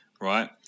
right